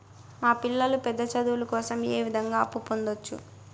మా పిల్లలు పెద్ద చదువులు కోసం ఏ విధంగా అప్పు పొందొచ్చు?